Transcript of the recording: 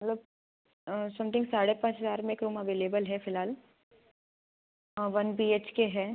मतलब समथिंग साढ़े पाँच हज़ार में एक रूम अवेलेबल है फ़िलहाल वन बी एच के है